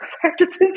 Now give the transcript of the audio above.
practices